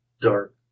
dark